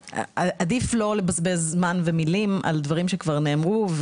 שעדיף לא לבזבז זמן ומילים על דברים שכבר נאמרו,